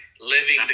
living